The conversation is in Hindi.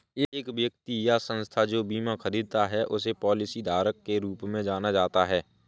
एक व्यक्ति या संस्था जो बीमा खरीदता है उसे पॉलिसीधारक के रूप में जाना जाता है